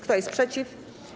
Kto jest przeciw?